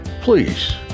Please